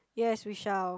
yes we shall